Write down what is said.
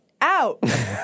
out